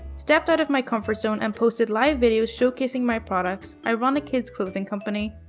stepped out of my comfort zone, and posted live videos showcasing my products. i run a kids clothing company.